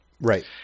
Right